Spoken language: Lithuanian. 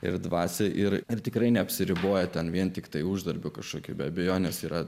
ir dvasia ir ir tikrai neapsiriboja ten vien tiktai uždarbiu kažkokį be abejonės yra